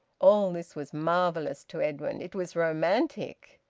all this was marvellous to edwin it was romantic.